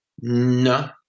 No